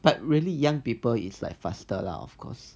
but really young people is like faster lah of course